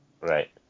right